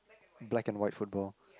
black and white football